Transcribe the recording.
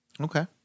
Okay